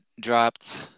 dropped